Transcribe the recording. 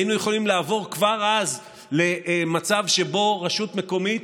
היינו יכולים לעבור כבר אז למצב שבו רשות מקומית,